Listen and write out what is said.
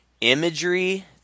imagery